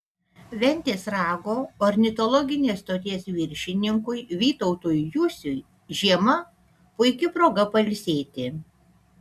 ventės rago ornitologinės stoties viršininkui vytautui jusiui žiema puiki proga pailsėti